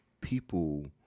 people